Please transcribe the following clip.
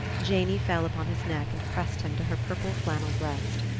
janey fell upon his neck and pressed him to her purple flannel breast.